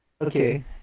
Okay